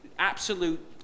absolute